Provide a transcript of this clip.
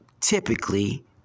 typically